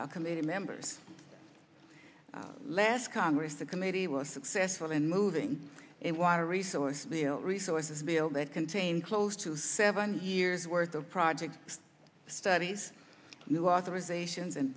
our committee members last congress a committee were successful in moving a water resource bill resources bill that contained close to seven years worth of projects studies new authorization